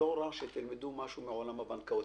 לא רע שתלמדו משהו מעולם הבנקאות.